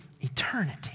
eternity